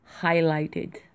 highlighted